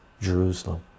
Jerusalem